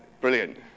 Brilliant